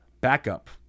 backup